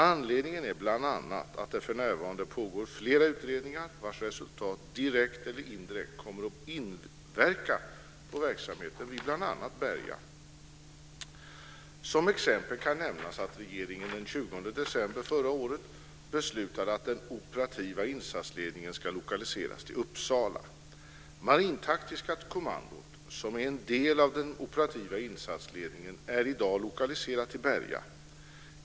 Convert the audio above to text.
Anledningen är bl.a. att det för närvarande pågår flera utredningar vars resultat direkt eller indirekt kommer att inverka på verksamheten vid bl.a. Berga. Som exempel kan nämnas att regeringen den 20 december förra året beslutade att den operativa insatsledningen ska lokaliseras till Uppsala. Marintaktiska kommandot, som är en del av den operativa insatsledningen, är i dag lokaliserat till Berga.